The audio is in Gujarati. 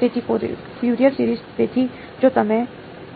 તેથી ફ્યુરિયર સિરીજ તેથી જો તમે